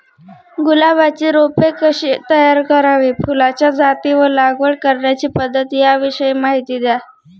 गुलाबाची रोपे कशी तयार करावी? फुलाच्या जाती व लागवड करण्याची पद्धत याविषयी माहिती द्या